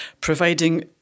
providing